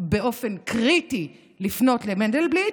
באופן קריטי לפנות למנדלבליט?